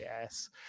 yes